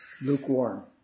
lukewarm